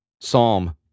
Psalm